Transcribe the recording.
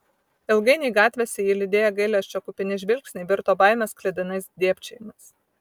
ilgainiui gatvėse jį lydėję gailesčio kupini žvilgsniai virto baimės sklidinais dėbčiojimais